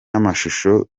n’amashusho